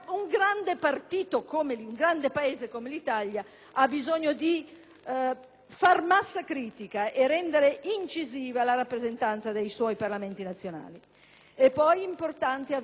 far massa critica e rendere incisiva la rappresentanza del suo Parlamento nazionale. È poi importante avere - questo non lo dice la legge, lo dico io - una classe di parlamentari